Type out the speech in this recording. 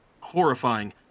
horrifying